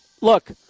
look